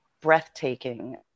breathtaking